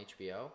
HBO